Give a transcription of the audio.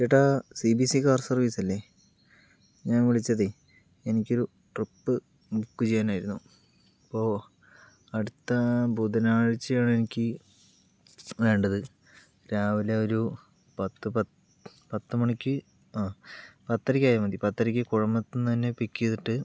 ചേട്ടാ CBSC car സർവിസല്ലേ ഞാൻ വിളിച്ചതെ എനിക്കൊരു ട്രിപ്പ് ബുക്ക് ചെയ്യാനായിരുന്നു ഇപ്പോ അടുത്ത ബുധനാഴ്ച്ചയാണെനിക്ക് വേണ്ടത് രാവിലെ ഒരു പത്ത് പത് പത്ത് മണിക്ക് ആ പത്തരക്കായ മതി പത്തരയ്ക്ക് കുഴൽമന്ദത്ത്ന്ന് എന്നെ പിക്ക് ചെയ്തിട്ട്